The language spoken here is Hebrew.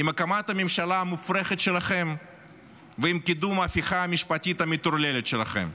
עם הקמת הממשלה המופרכת שלכם ועם קידום ההפיכה המשפטית המטורללת שלכם.